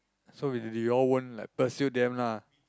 so you they all won't like pursue them lah